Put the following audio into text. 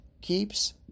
keeps